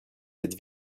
cette